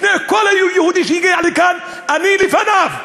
כל יהודי שהגיע לכאן, אני לפניו.